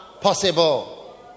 possible